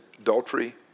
adultery